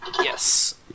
Yes